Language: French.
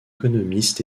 économiste